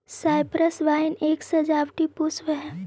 cypress vine एक सजावटी पुष्प हई